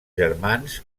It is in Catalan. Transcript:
germans